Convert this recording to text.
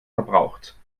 verbraucht